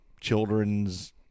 Children's